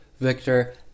victor